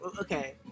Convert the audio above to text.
Okay